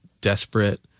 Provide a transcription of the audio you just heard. desperate